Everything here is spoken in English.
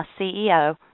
CEO